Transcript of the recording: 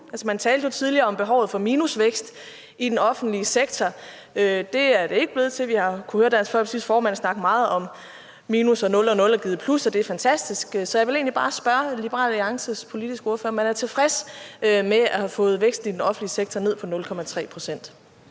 man talte jo tidligere om behovet for minusvækst i den offentlige sektor. Det er det ikke blevet til. Vi har kunnet høre Dansk Folkepartis formand snakke meget om minus, og at nul og nul er blevet til et plus, og at det er fantastisk. Så jeg vil egentlig bare spørge Liberal Alliances politiske ordfører, om man er tilfreds med at have fået væksten i den offentlige sektor ned på 0,3 pct.